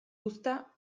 uzta